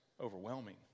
overwhelming